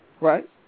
right